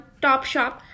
Topshop